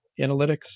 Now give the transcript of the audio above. analytics